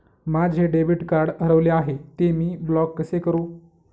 माझे debit card हरविले आहे, ते मी ब्लॉक कसे करु?